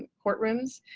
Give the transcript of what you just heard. and courtrooms.